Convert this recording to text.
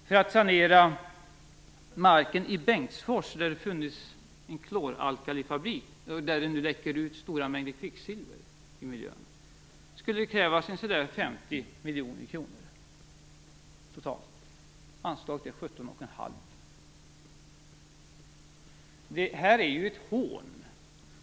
För att sanera marken i Bengtsfors, där det funnits en kloralkalifabrik och där det nu läcker ut stora mängder kvicksilver i miljön, skulle det krävas ca 50 miljoner totalt.